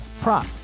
prop